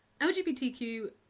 LGBTQ